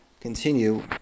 continue